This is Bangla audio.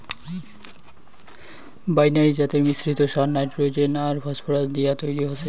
বাইনারি জাতের মিশ্রিত সার নাইট্রোজেন আর ফসফরাস দিয়াত তৈরি হসে